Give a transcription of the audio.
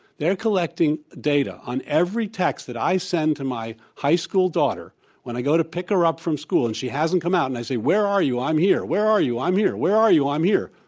they're collecting data on every text that i send to my high school daughter when i go to pick her up from school, and she hasn't come out, and i say, where are you? i'm here. where are you? i'm here. where are you? i'm here.